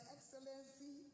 Excellency